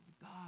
God